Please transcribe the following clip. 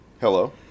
Hello